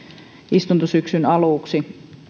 istuntosyksyn aluksi